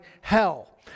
hell